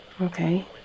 Okay